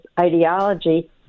ideology